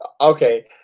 Okay